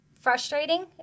frustrating